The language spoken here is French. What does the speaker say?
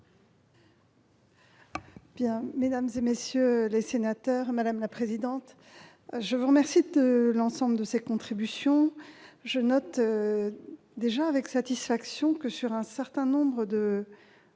Mesdames, messieurs les sénateurs, je vous remercie de l'ensemble de vos contributions. Je note déjà avec satisfaction que, sur un certain nombre de